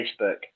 Facebook